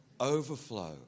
Overflow